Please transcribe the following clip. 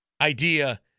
idea